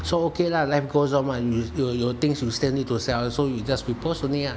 so okay lah life goes on mah your your your things you still need to sell so you just repost only lah